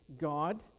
God